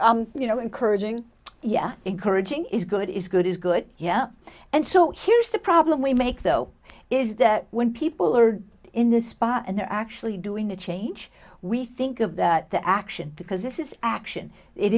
curt you know encouraging yeah encouraging is good is good is good yeah and so here's the problem we make though is that when people are in the spot and they're actually doing a change we think of that the action because this is action it